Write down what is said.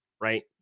Right